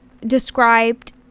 described